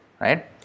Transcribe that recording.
right